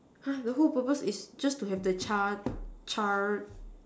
!huh! the whole purpose is just to have the Char~ charred